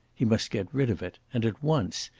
he must get rid of it, and at once,